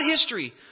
history